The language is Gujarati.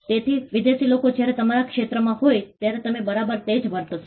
તેથી વિદેશી લોકો જ્યારે તમારા ક્ષેત્રમાં હોય ત્યારે તમે બરાબર તે જ વર્તશો